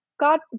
God